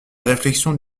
réflexions